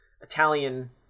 Italian